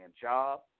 job